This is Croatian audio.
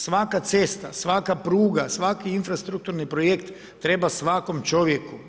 Svaka cesta, svaka pruga, svaki infrastrukturni projekt treba svakom čovjeku.